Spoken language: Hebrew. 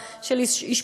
האחר,